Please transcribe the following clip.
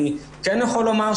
אני כן יכול לומר,